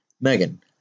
Megan